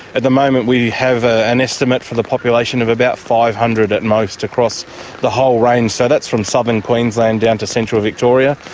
at the moment we have an estimate for the population of about five hundred at most across to the whole range, so that's from southern queensland down to central victoria.